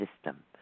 system